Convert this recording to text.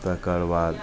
तकरबाद